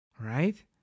Right